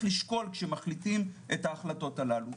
לשקול כאשר מחליטים את ההחלטות הללו,